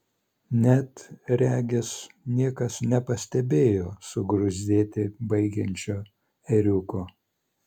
net regis niekas nepastebėjo sugruzdėti baigiančio ėriuko